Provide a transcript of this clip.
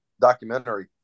documentary